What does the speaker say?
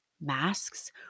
masks